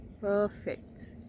perfect